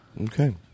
Okay